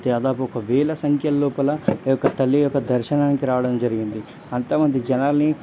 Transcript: దాదాపు ఒక వేల సంఖ్యల్లోపల ఈ యొక్క తల్లి యొక్క దర్శనానికి రావడం జరిగింది అంతమంది జనాల్ని